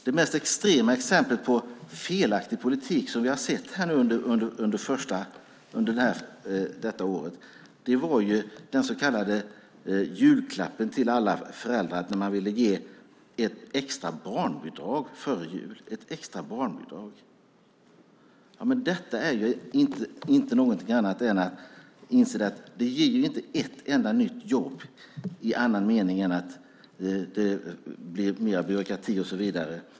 Det mest extrema exemplet på felaktig politik som vi har sett under det senaste året är den så kallade julklappen till alla föräldrar: Socialdemokraterna ville ge ett extra barnbidrag före jul. Man måste inse att detta inte ger ett enda nytt jobb i annan mening än att det blir mer byråkrati.